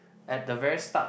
at the very start